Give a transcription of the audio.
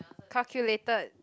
calculated